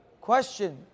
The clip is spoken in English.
question